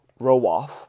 Rowoff